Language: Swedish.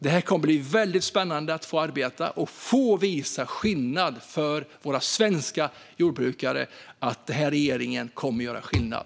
Det kommer att bli väldigt spännande att få arbeta med detta och få visa våra svenska jordbrukare att den här regeringen kommer att göra skillnad.